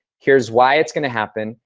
here's why it's going to happen,